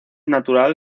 natural